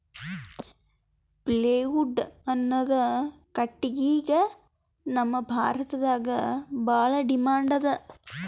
plywood ಅನ್ನದ್ ಕಟ್ಟಗಿಗ್ ನಮ್ ಭಾರತದಾಗ್ ಭಾಳ್ ಡಿಮ್ಯಾಂಡ್ ಅದಾ